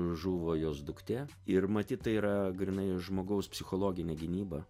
žuvo jos duktė ir matyt tai yra grynai žmogaus psichologinė gynyba